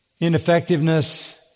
ineffectiveness